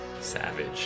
Savage